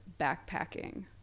backpacking